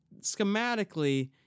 Schematically